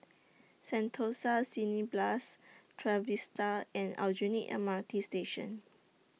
Sentosa Cineblast Trevista and Aljunied M R T Station